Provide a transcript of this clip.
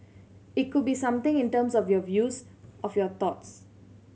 it could be something in terms of your views of your thoughts